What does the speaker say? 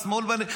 השמאל האלה,